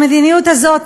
המדיניות הזאת,